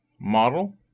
model